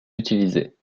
utilisées